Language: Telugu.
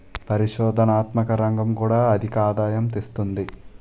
పరిశోధనాత్మక రంగం కూడా అధికాదాయం తెస్తుంది